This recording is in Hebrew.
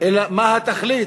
אלא מה התכלית,